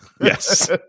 Yes